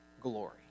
glory